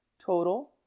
total